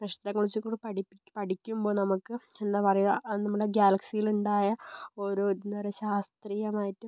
നക്ഷത്രങ്ങളെക്കുറിച്ച് കൂടി പഠിക്കുമ്പോൾ നമുക്ക് എന്താ പറയുക നമ്മുടെ ഗാലക്സിയിൽ ഉണ്ടായ ഓരോ എന്താ പറയുക ശാസ്ത്രീയമായിട്ടും